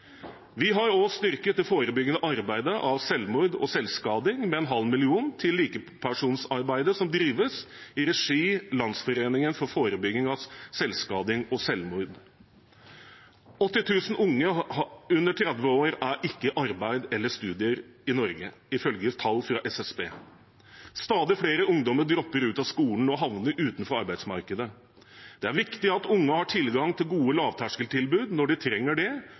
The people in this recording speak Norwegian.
Vi har også styrket det forebyggende arbeidet mot selvmord og selvskading med en halv million kroner til likepersonsarbeidet som drives i regi av Landsforeningen for forebygging av selvskading og selvmord. 80 000 unge under 30 år er ikke i arbeid eller studier i Norge, ifølge tall fra SSB. Stadig flere ungdommer dropper ut av skolen og havner utenfor arbeidsmarkedet. Det er viktig at unge har tilgang til gode lavterskeltilbud når de trenger det,